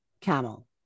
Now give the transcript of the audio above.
camel